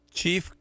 chief